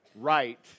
right